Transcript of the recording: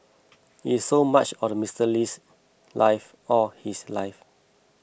it's so much of Mister Lee's life all his life